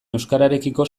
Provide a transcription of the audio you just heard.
euskararekiko